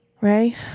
Ray